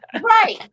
Right